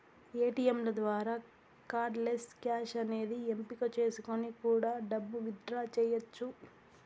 ఏటీయంల ద్వారా cardless cash అనే ఎంపిక చేసుకొని కూడా డబ్బు విత్ డ్రా చెయ్యచ్చు